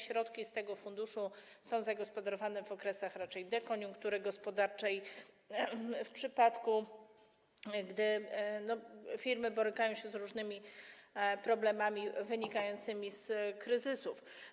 Środki tego funduszu są zagospodarowywane głównie w okresach dekoniunktury gospodarczej, w przypadku gdy firmy borykają się z różnymi problemami wynikającymi z kryzysów.